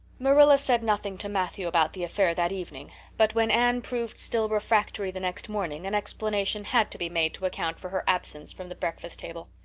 marilla said nothing to matthew about the affair that evening but when anne proved still refractory the next morning an explanation had to be made to account for her absence from the breakfast table.